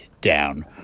down